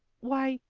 why,